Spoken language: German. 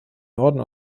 norden